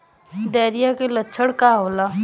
Diarrhoea के लक्षण का होला?